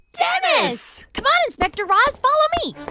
dennis come on, inspector raz. follow me.